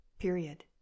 period